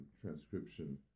transcription